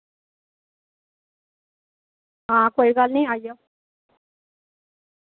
हां कोई गल्ल निं आई जाओ